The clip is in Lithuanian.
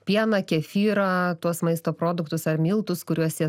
pieną kefyrą tuos maisto produktus ar miltus kuriuos jie